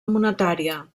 monetària